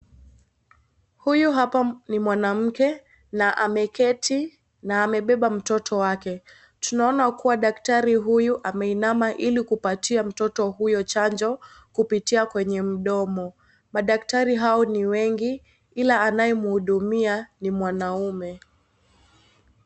Huyu hapa ni mwanamke, na ameketi, na amebeba mtoto wake. Tunaona kuwa daktari huyu ameinama ili kupatia mtoto huyo chanjo, kupitia kwenye mdomo. Madaktari hao ni wengi, ila anayemhudumia ni mwanaume.